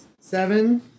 seven